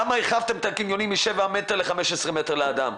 למה הרחבתם את הקניונים משבעה מטרים ל-15 מטרים לאדם?